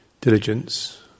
diligence